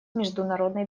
международной